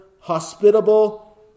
hospitable